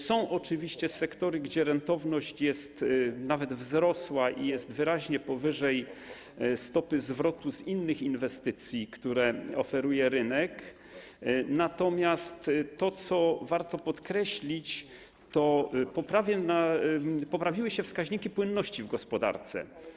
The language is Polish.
Są oczywiście sektory, gdzie rentowność nawet wzrosła i jest wyraźnie powyżej stopy zwrotu z innych inwestycji, które oferuje rynek, natomiast co warto podkreślić, poprawiły się wskaźniki płynności w gospodarce.